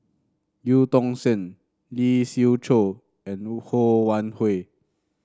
Eu Tong Sen Lee Siew Choh and Ho Wan Hui